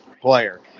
player